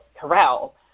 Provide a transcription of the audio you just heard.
corral